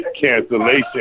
Cancellation